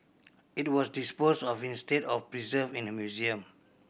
it was disposed of instead of preserved in a museum